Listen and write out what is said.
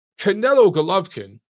Canelo-Golovkin